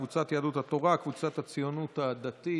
קבוצת סיעת יהדות התורה וקבוצת סיעת הציונות הדתית.